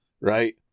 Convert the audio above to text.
Right